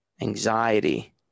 anxiety